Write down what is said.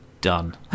Done